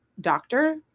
doctor